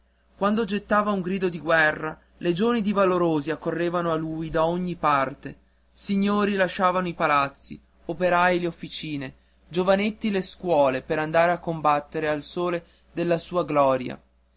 quando gettava un grido di guerra legioni di valorosi accorrevano a lui da ogni parte signori lasciavano i palazzi operai le officine giovanetti le scuole per andar a combattere al sole della sua gloria